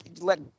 let